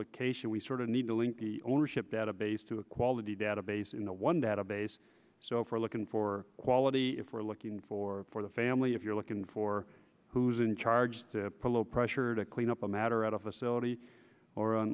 location we sort of need to link the ownership database to a quality database in the one database so for looking for quality if we're looking for the family if you're looking for who's in charge to a low pressure to clean up a matter at a facility or